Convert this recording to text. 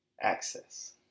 access